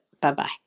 Bye-bye